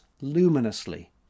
luminously